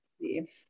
see